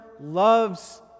loves